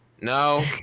no